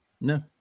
No